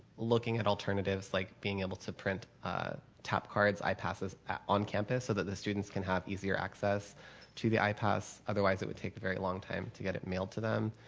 looking at alternatives like being able to print top cards, ipasses on on campus so that the students can have easier access to the ipass, otherwise it would take a very long time to get it mailed to them,